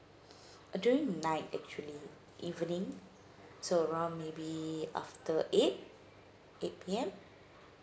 during night actually evening so around maybe after eight eight P_M